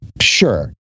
Sure